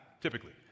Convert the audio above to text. typically